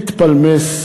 מתפלמס,